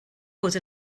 bod